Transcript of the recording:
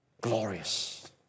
glorious